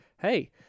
hey